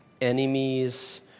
enemies